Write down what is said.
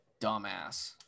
Dumbass